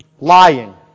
lying